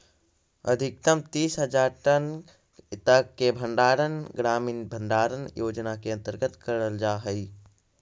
अधिकतम तीस हज़ार टन तक के भंडारण ग्रामीण भंडारण योजना के अंतर्गत करल जा हई